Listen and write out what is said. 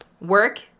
work